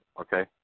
okay